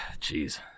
jeez